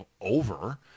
over